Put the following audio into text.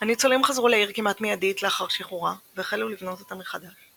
הניצולים חזרו לעיר כמעט מיידית לאחר שחרורה והחלו לבנות אותה מחדש.